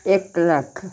इक लक्ख